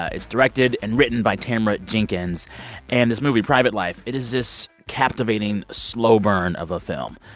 ah it's directed and written by tamara jenkins and this movie, private life, it is this captivating slow burn of a film.